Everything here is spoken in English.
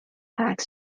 pack